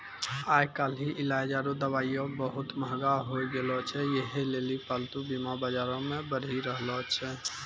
आइ काल्हि इलाज आरु दबाइयै बहुते मंहगा होय गैलो छै यहे लेली पालतू बीमा बजारो मे बढ़ि रहलो छै